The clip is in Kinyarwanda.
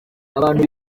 abantu